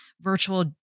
virtual